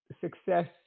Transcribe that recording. success